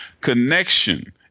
connection